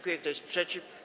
Kto jest przeciw?